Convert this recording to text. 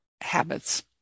habits